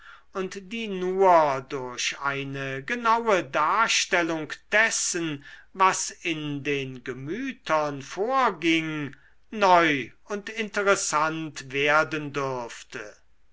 und die nur durch eine genaue darstellung dessen was in den gemütern vorging neu und interessant werden dürfte